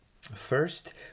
First